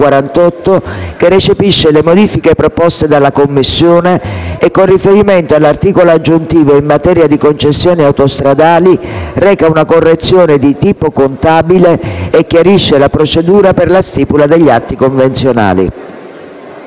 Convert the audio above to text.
che recepisce le modifiche proposte dalla Commissione e, con riferimento all'articolo aggiuntivo in materia di concessioni autostradali, reca una correzione di tipo contabile e chiarisce la procedura per la stipula degli atti convenzionali.